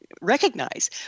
recognize